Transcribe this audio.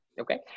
okay